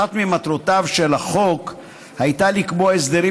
אחת ממטרותיו של החוק הייתה לקבוע הסדרים